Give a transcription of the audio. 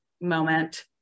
moment